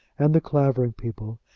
and the clavering people,